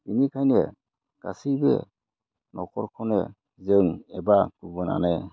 बेनिखायनो गासैबो न'खरखौनो जों एबा गुबुनानो